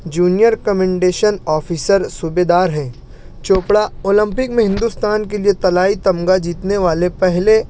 junior commissioned officer صوبے دار ہیں چوپڑا اولمپک میں ہندوستان کے لیے طلائی طمغہ جیتنے والے پہلے